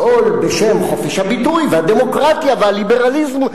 הכול בשם חופש הביטוי והדמוקרטיה והליברליזם.